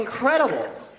Incredible